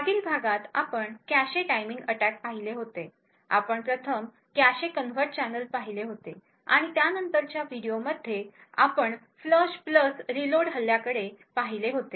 मागील भागात आपण कॅशे टाइमिंग अटॅक पाहिले होते आपण प्रथम कॅशे कन्व्हर्ट चॅनेल पाहिले होते आणि नंतरच्या व्हिडिओमध्ये आपण फ्लश रीलोड अटॅक पाहिले होते